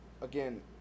again